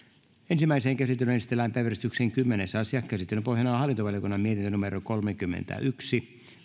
ensimmäiseen käsittelyyn esitellään päiväjärjestyksen kymmenes asia käsittelyn pohjana on hallintovaliokunnan mietintö kolmekymmentäyksi